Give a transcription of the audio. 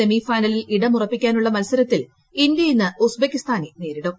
സെമിഫൈനലിൽ ഇടം ഉറപ്പിക്കാനായുള്ള മത്സരത്തിൽ ഇന്ത്യ ഇന്ന് ഉസ്ബെക്കിസ്ഥാനെ നേരിടും